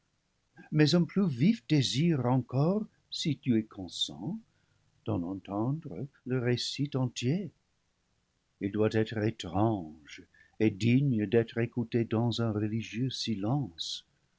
mais un plus vif désir encore si tu y consens d'en entendre le récit entier il doit être étrange et digne d'être écouté dans un re ligieux silence